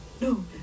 no